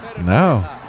No